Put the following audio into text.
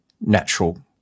natural